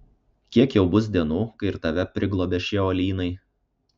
kiek jau bus dienų kai ir tave priglobė šie uolynai